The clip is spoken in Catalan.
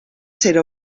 ser